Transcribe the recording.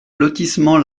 lotissement